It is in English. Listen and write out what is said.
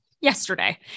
Yesterday